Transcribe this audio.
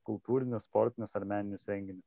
kultūrinius sportinius ar meninius renginius